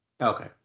Okay